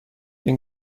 این